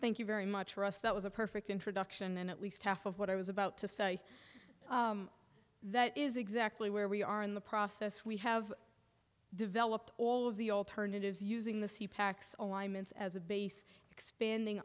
thank you very much for us that was a perfect introduction and at least half of what i was about to say that is exactly where we are in the process we have developed all of the alternatives using the c pacs alignments as a base expanding